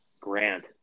Grant